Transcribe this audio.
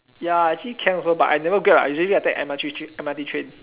ya actually can also but I never Grab lah I usually I take M_R_T tr~ M_R_T train